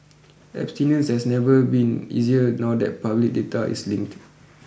abstinence has never been easier now that public data is linked